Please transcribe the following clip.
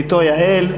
לבתו יעל,